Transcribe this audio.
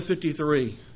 53